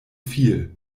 viel